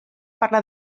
parlar